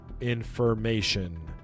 information